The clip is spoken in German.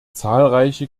zahlreiche